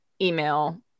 email